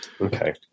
Okay